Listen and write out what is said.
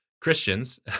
christians